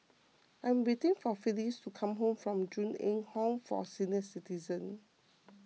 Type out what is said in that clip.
I am waiting for Phillis to come home from Ju Eng Home for Senior Citizens